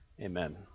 Amen